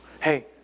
Hey